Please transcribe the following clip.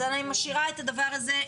אז אני משאירה את הדבר הזה,